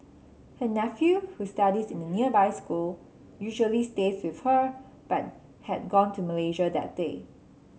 her nephew who studies in a nearby school usually stays with her but had gone to Malaysia that day